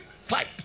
fight